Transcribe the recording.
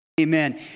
Amen